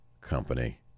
company